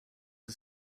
are